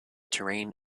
terrain